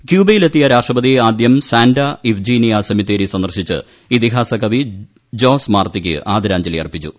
ക്യൂബയിൽ എത്തിയ രാഷ്ട്രപതി ആദ്യം സാന്റ ഇഫ്ജീനിയ സെമിത്തേരി സന്ദർശിച്ച് ഇതിഹാസ കവി ജോസ് മാർത്തിക്ക് ആദരാഞ്ജലി അർപ്പിച്ചു